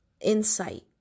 insight